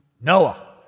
Noah